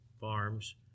farms